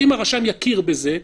אם הרשם יכיר בזה,